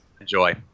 enjoy